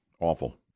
Awful